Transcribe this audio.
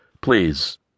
Please